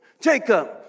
Jacob